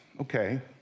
Okay